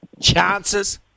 Chances